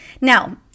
Now